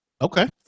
Okay